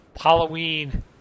Halloween